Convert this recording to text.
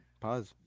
Pause